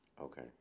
Okay